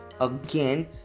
Again